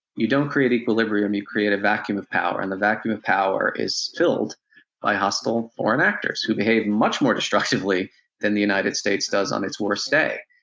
you don't create equilibrium, you create a vacuum of power, and the vacuum of power is filled by hostile foreign actors, who behave much more destructively than the united states does on its worst day.